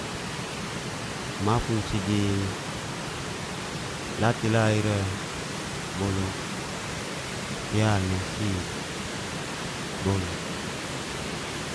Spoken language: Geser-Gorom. Mafun si'di la te la ira boluk sil nai si boluk